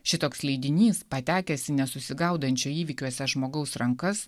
šitoks leidinys patekęs į nesusigaudančio įvykiuose žmogaus rankas